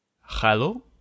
Hello